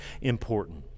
important